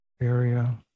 area